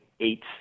eight